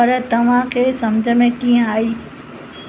पर तव्हां खे समुझ में कीअं आई